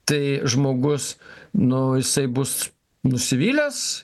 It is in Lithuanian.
tai žmogus nu jisai bus nusivylęs